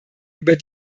über